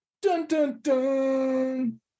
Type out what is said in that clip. Dun-dun-dun